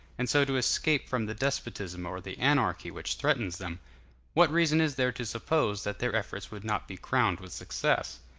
and so to escape from the despotism or the anarchy which threatens them what reason is there to suppose that their efforts would not be crowned with success?